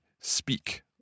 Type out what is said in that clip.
speak